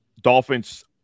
Dolphins